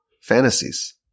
fantasies